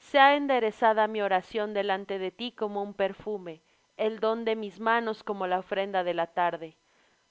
sea enderezada mi oración delante de ti como un perfume el don de mis manos como la ofrenda de la tarde